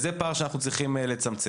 וזה פער שאנחנו צריכים לצמצם.